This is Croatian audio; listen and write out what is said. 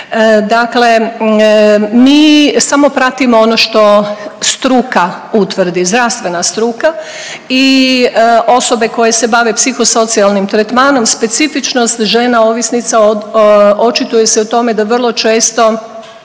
Dakle, mi samo pratimo ono što struka utvrdi, zdravstvena struka i osobe koje se bave psiho-socijalnim tretmanom specifičnost žena ovisnica očituje se u tome da vrlo često